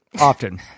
often